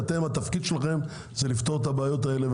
כי התפקיד שלכם זה לפתור את הבעיות האלה,